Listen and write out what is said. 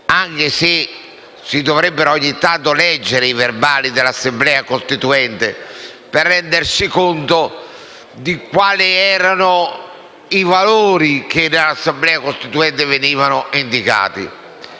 anche se si dovrebbero ogni tanto leggere i verbali dell'Assemblea costituente per rendersi conto di quali erano i valori che in quella sede venivano indicati.